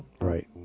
Right